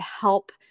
help